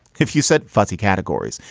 if you said fuzzy categories,